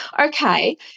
okay